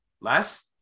Less